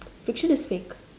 fiction is fake